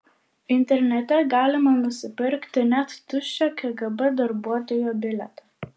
internete galima nusipirkti net tuščią kgb darbuotojo bilietą